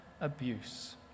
abuse